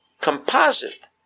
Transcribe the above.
composite